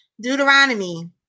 Deuteronomy